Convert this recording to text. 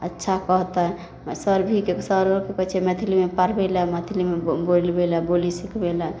अच्छा कहतै सर भी सर आरके भी कहै छिए मैथिलीमे पढ़बैलए मैथिलीमे बोलबैलए बोली सिखबैलए